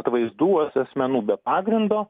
atvaizdų as asmenų be pagrindo